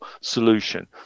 solution